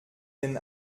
den